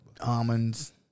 Almonds